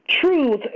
Truth